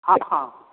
हॅं हॅं